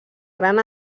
gran